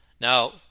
Now